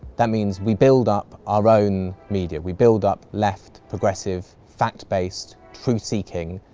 that means we build up our own media we build up left, progressive, fact-based, truth-seeking,